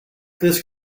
this